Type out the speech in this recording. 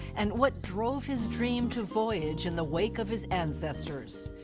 and what drove his dream to voyage in the wake of his ancestors.